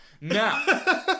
Now